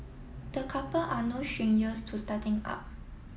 the couple are no strangers to starting up